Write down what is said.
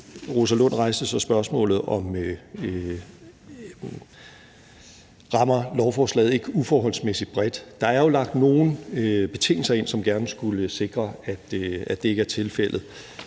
Rosa Lund rejste så spørgsmålet, om ikke lovforslaget rammer uforholdsmæssigt bredt, og til det vil jeg sige, at der jo er lagt nogle betingelser ind, som gerne skulle sikre, at det ikke er tilfældet.